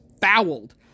fouled